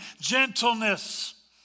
gentleness